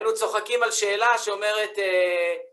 אנו צוחקים על שאלה שאומרת...